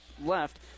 left